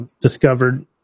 discovered